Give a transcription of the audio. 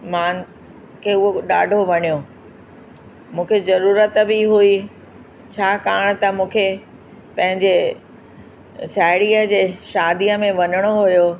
मूंखे हू ॾाढो वणियो मूंखे ज़रूरत बि हुई छाकाणि त मूंखे पंहिंजे साहिड़ीअ जे शादीअ में वञिणो हुओ